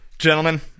Gentlemen